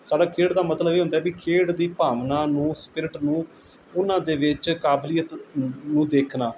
ਸਾਡਾ ਖੇਡ ਦਾ ਮਤਲਬ ਇਹ ਹੁੰਦਾ ਹੈ ਬਈ ਖੇਡ ਦੀ ਭਾਵਨਾ ਨੂੰ ਸਪਿਰਟ ਨੂੰ ਉਹਨਾਂ ਦੇ ਵਿੱਚ ਕਾਬਲੀਅਤ ਨੂੰ ਨੂੰ ਦੇਖਣਾ